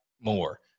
more